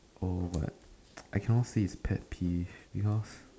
oh but I cannot say it's pet peeve because